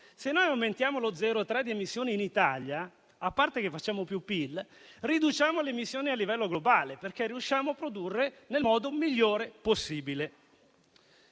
Se aumentiamo dello 0,3 per cento le emissioni in Italia, a parte che facciamo più PIL, riduciamo le emissioni a livello globale, perché riusciamo a produrre nel modo migliore possibile.